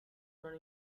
non